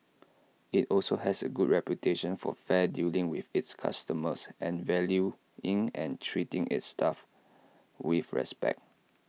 IT also has A good reputation for fair dealing with its customers and valuing and treating its staff with respect